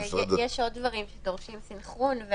יש עוד דברים שדורשים סנכרון.